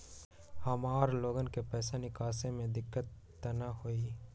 हमार लोगन के पैसा निकास में दिक्कत त न होई?